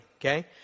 Okay